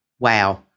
Wow